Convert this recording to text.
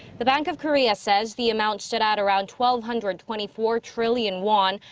the bank of korea says. the amount stood at around twelve hundred twenty four trillion won,